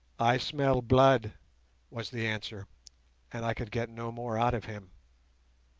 i smell blood was the answer and i could get no more out of him.